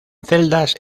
celdas